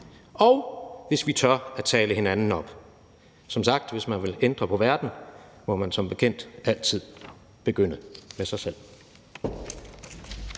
og hvis vi tør tale hinanden op. Som sagt: Hvis man vil ændre på verden, må man som bekendt altid begynde med sig selv.